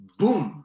boom